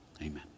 Amen